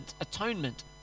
atonement